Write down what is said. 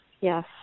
yes